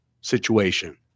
situation